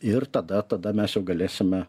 ir tada tada mes jau galėsime